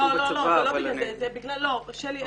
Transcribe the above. לא, שלי.